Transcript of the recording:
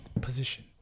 position